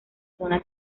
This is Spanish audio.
zona